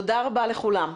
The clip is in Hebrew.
תודה רבה לכולם.